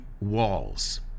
walls